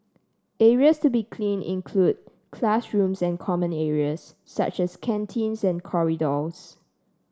areas to be cleaned include classrooms and common areas such as canteens and corridors